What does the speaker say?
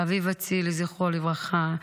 אביב אצילי, זכרו לברכה,